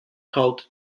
called